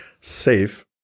safe